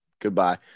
goodbye